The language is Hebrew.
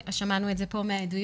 שמענו את זה פה מהעדויות,